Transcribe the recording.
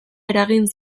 eragin